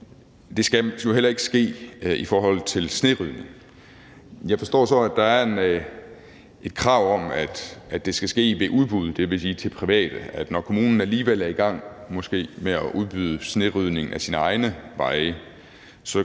Det skal heller ikke ske, når det gælder snerydning. Jeg forstår så, at der er et krav om, at det skal ske ved udbud, dvs. til private. Når kommunen alligevel er i gang med at udbyde snerydning af sine egne veje,